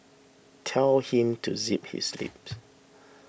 tell him to zip his lips